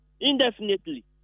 indefinitely